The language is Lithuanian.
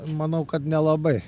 manau kad nelabai